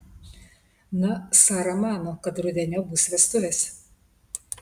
na sara mano kad rudeniop bus vestuvės